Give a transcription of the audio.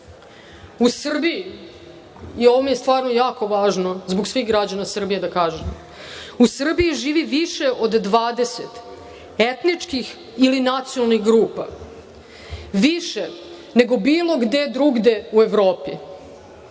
Srbiji, i ovo mi je stvarno jako važno zbog svih građana Srbije, da kažem, u Srbiji živi više od 20 etničkih ili nacionalnih grupa, više nego bilo gde drugde u Evropi.